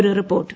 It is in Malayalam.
ഒരു റിപ്പോർട്ട്